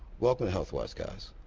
welcome to health watch, guys.